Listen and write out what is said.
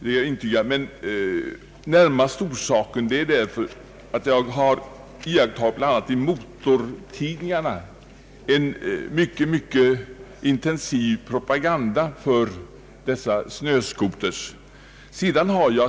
Den närmaste orsaken till min fråga är att jag bl.a. i motortidningar har iakttagit en mycket intensiv propaganda för dessa snöskotrar.